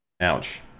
Ouch